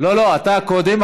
לא לא, אתה קודם.